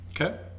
okay